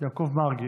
יעקב מרגי,